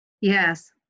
Yes